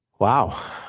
wow.